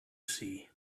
see